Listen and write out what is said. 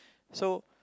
so